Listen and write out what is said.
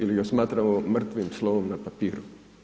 Ili ga smatramo mrtvim slovom na papiru?